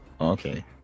Okay